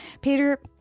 Peter